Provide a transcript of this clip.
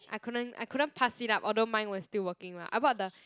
I couldn't I couldn't pass it up although mine was still working lah I bought the